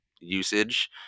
usage